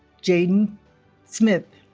jaden smith